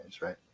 right